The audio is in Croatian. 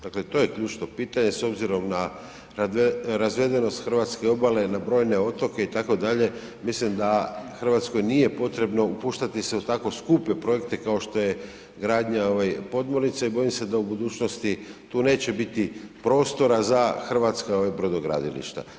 Dakle to je ključno pitanje s obzirom na razvedenost hrvatske obale, na brojne otoke itd., mislim da Hrvatskoj nije potrebno upuštati se u tako skupe projekte kao što je gradnja ovaj podmornice i bojim se da u budućnosti tu neće biti prostora za hrvatska brodogradilišta.